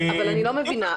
אני לא מבינה.